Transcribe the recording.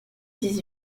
dix